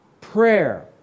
prayer